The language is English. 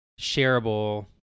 shareable